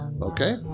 Okay